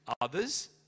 others